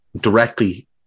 directly